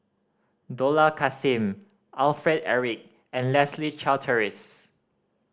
Dollah Kassim Alfred Eric and Leslie Charteris